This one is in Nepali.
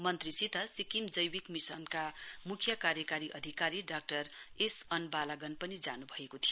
मन्त्रीसित सिक्किम जैविक मिशनका मुख्य कार्यकारी अधिकारी डाक्टर एस अन्वालागत पनि जानु भएको थियो